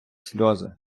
сльози